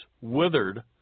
withered